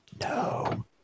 No